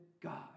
God